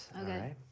Okay